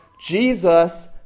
Jesus